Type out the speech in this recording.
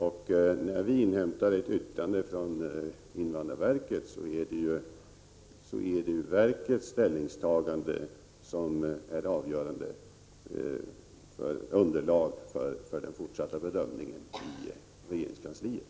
När vi inhämtar ett yttrande från invandrarverket är det verkets ställningstagande som blir ett avgörande underlag för den fortsatta bedömningen i regeringskansliet.